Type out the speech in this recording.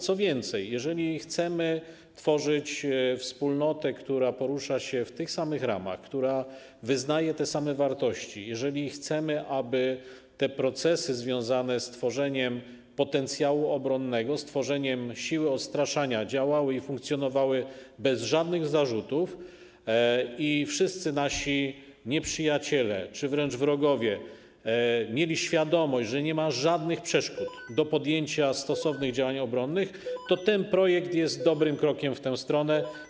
Co więcej, jeżeli chcemy tworzyć wspólnotę, która porusza się w tych samych ramach, która wyznaje te same wartości, jeżeli chcemy, aby procesy związane z tworzeniem potencjału obronnego, z tworzeniem siły odstraszania działały i funkcjonowały bez żadnych zarzutów i wszyscy nasi nieprzyjaciele czy wręcz wrogowie mieli świadomość, że nie ma żadnych przeszkód do podjęcia stosownych działań obronnych, to ten projekt jest dobrym krokiem w tę stronę.